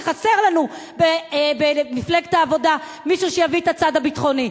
חסר לנו במפלגת העבודה מישהו שיביא את הצד הביטחוני.